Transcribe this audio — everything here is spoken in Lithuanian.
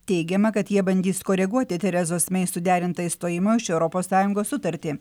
teigiama kad jie bandys koreguoti terezos mei suderintą išstojimo iš europos sąjungos sutartį